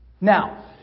now